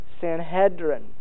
Sanhedrin